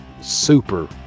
super